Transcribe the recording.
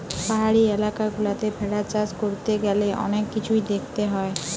পাহাড়ি এলাকা গুলাতে ভেড়া চাষ করতে গ্যালে অনেক কিছুই দেখতে হয়